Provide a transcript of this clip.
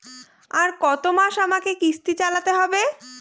আর কতমাস আমাকে কিস্তি চালাতে হবে?